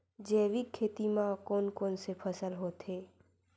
जैविक खेती म कोन कोन से फसल होथे?